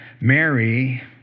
Mary